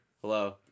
Hello